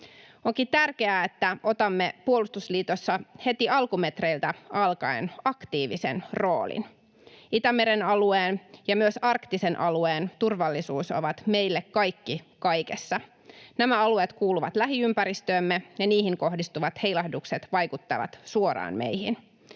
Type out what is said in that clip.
Onkin tärkeää, että otamme puolustusliitossa heti alkumetreiltä alkaen aktiivisen roolin. Itämeren alueen ja myös arktisen alueen turvallisuus ovat meille kaikki kaikessa. Nämä alueet kuuluvat lähiympäristöömme, ja niihin kohdistuvat heilahdukset vaikuttavat suoraan meihin.